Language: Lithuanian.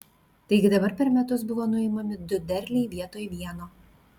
taigi dabar per metus buvo nuimami du derliai vietoj vieno